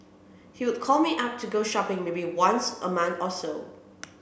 he'd call me up to go shopping maybe once a month or so